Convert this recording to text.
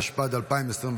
התשפ"ד 2024,